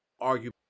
argue